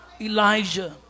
Elijah